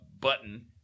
button